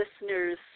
listeners